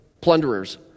plunderers